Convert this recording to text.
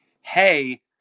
Hey